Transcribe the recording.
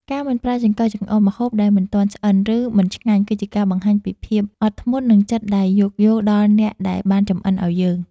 ការមិនប្រើចង្កឹះចង្អុលម្ហូបដែលមិនទាន់ឆ្អិន ឬ មិនឆ្ងាញ់គឺជាការបង្ហាញពីភាពអត់ធ្មត់និងចិត្តដែលយល់យោគដល់អ្នកដែលបានចម្អិនឱ្យយើង។